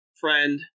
friend